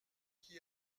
qui